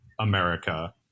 america